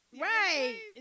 right